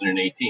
2018